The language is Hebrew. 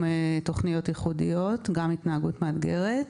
תוכניות ייחודיות והתנהגות מאתגרת,